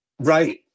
Right